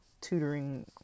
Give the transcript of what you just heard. tutoring